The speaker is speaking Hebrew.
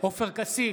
עופר כסיף,